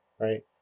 right